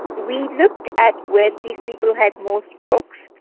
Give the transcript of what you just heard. we looked at whether these people had more strokes.